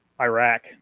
Iraq